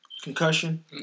Concussion